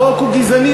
החוק הוא גזעני,